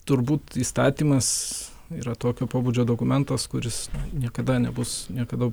turbūt įstatymas yra tokio pobūdžio dokumentas kuris niekada nebus niekada